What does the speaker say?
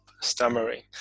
stammering